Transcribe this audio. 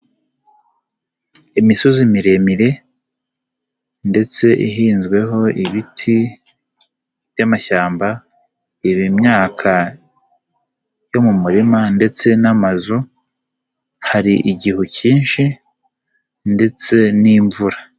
Imisozi miremire ndetse ihinzweho ibiti by'amashyamba, hera imyaka yo mu murima ndetse n'amazu, hari igihu cyinshi ndetse n'imvura.